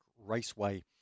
Raceway